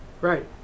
right